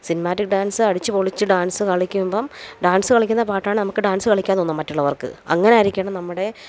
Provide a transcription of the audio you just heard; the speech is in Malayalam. സിനിമാറ്റിക് ഡാൻസ്സ് അടിച്ച് പൊളിച്ച് ഡാൻസ്സ് കളിക്കുമ്പം ഡാൻസ്സ് കളിക്കുന്ന പാട്ടാണേൽ നമുക്ക് ഡാൻസ്സ് കളിയ്ക്കാൻ തോന്നും മറ്റുള്ളവർക്ക് അങ്ങനായിരിക്കണം നമ്മുടെ